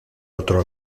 otro